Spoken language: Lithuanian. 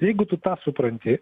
jeigu tu tą supranti